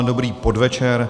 Dobrý podvečer.